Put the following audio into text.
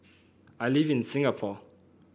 I live in Singapore